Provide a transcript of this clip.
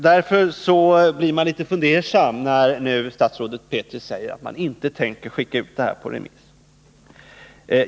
Därför blir jag litet fundersam när statsrådet Petri säger att han inte tänker skicka ut rapporten på remiss.